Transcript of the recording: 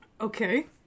Okay